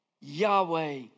Yahweh